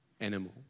animal